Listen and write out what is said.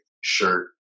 shirt